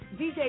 DJ